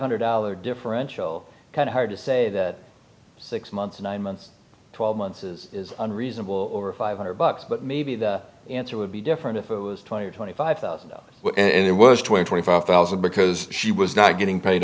hundred dollar differential kind of hard to say that six months nine months twelve months is unreasonable or five hundred bucks but maybe the answer would be different if it was twenty or twenty five thousand and it was twenty five thousand because she was not getting paid